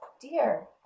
Dear